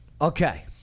Okay